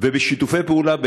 ובשיתופי פעולה עם